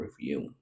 review